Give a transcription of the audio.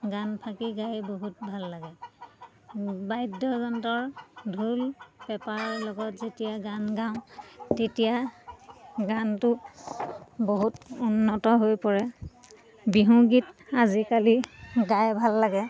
গান ফাঁকি গাই বহুত ভাল লাগে বাদ্যযন্ত্ৰ ঢোল পেঁপাৰ লগত যেতিয়া গান গাওঁ তেতিয়া গানটো বহুত উন্নত হৈ পৰে বিহু গীত আজিকালি গাই ভাল লাগে